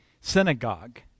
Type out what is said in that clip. synagogue